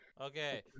Okay